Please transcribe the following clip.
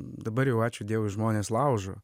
dabar jau ačiū dievui žmonės laužo